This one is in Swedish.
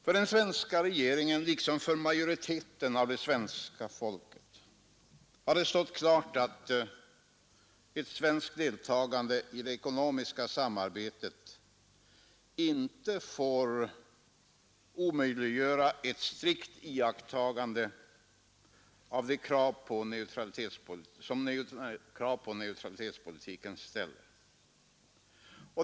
För den svenska regeringen, liksom för majoriteten av det svenska folket, har det stått klart att ett svenskt deltagande i det ekonomiska samarbetet i Europa inte får omöjliggöra ett strikt iakttagande av de krav som neutralitetspolitiken ställer.